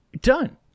done